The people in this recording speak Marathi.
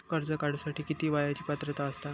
कर्ज काढूसाठी किती वयाची पात्रता असता?